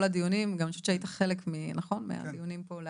הדיונים אני חושבת שגם היית חלק מהדיונים פה.